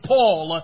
Paul